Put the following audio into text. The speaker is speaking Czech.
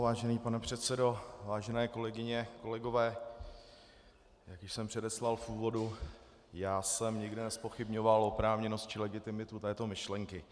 Vážený pane předsedo, vážené kolegyně, kolegové, jak již jsem předeslal v úvodu, já jsem nikdy nezpochybňoval oprávněnost či legitimitu této myšlenky.